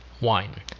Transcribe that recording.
wine